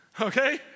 okay